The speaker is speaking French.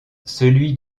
celui